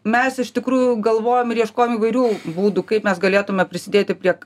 mes iš tikrųjų galvojom ir ieškojom įvairių būdų kaip mes galėtume prisidėti prie